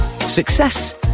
Success